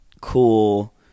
cool